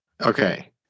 okay